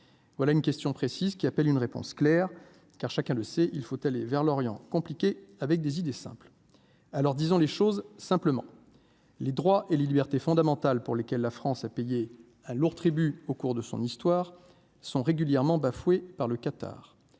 voilà une question précise qui appelle une réponse claire car chacun le sait, il faut aller vers l'Orient compliqué avec des idées simples, alors disons les choses simplement les droits et les libertés fondamentales pour lesquelles la France a payer. Un lourd tribut au cours de son histoire, sont régulièrement bafoués par le Qatar,